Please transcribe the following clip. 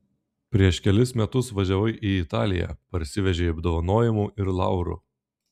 prieš kelis metus važiavai į italiją parsivežei apdovanojimų ir laurų